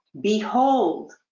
Behold